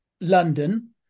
London